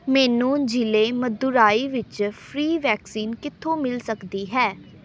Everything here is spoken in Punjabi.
ਮੈਨੂੰ ਜ਼ਿਲ੍ਹੇ ਮਦੁਰਾਈ ਵਿੱਚ ਫ੍ਰੀ ਵੈਕਸੀਨ ਕਿੱਥੋਂ ਮਿਲ ਸਕਦੀ ਹੈ